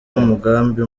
umugambi